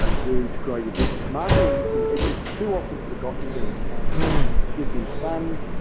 um do to grow your business marketing. it's too often forgotten, ben. and should be fun,